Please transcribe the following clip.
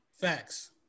Facts